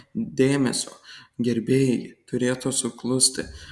dėmesio gerbėjai turėtų suklusti